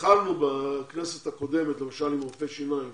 התחלנו בכנסת הקודמת בחקיקה לגבי רופאי השיניים